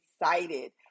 excited